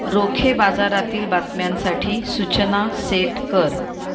रोखे बाजारातील बातम्यांसाठी सूचना सेट कर